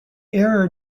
error